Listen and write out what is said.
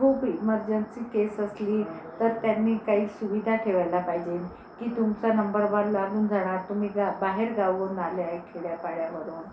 खूप emergency case असली तर त्यांनी काही सुविधा ठेवायला पाहिजे की तुमचा नंबर वन लागून जाणार तुम्ही जा बाहेर जाऊन आले आहे खेड्यापाड्यामधून